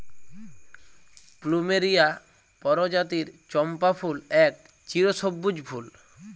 plumeria পরজাতির চম্পা ফুল এক চিরসব্যুজ ফুল